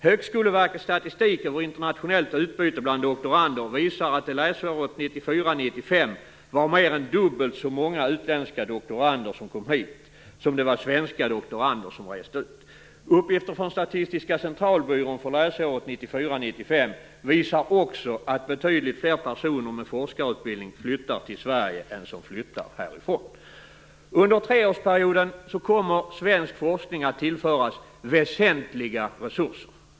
Högskoleverkets statistik över internationellt utbyte bland doktorander visar att det läsåret 1994 95 visar också att betydligt fler personer med forskarutbildning flyttar till Sverige än som flyttar härifrån. Under treårsperioden kommer svensk forskning att tillföras väsentliga resurser.